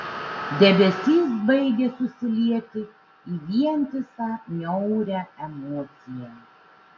debesys baigė susilieti į vientisą niaurią emociją